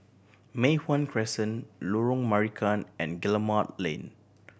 Mei Hwan Crescent Lorong Marican and Guillemard Lane